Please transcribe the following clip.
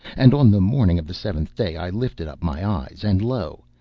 and on the morning of the seventh day i lifted up my eyes, and lo!